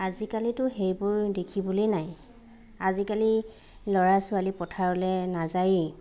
আজিকালিতো সেইবোৰ দেখিবলেই নাই আজিকালি ল'ৰা ছোৱালী পথাৰলে নাযায়েই